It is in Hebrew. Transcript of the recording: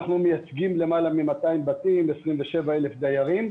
אנחנו מייצגים למעלה מ-200 בתים, 27,000 דיירים.